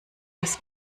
das